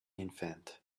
infant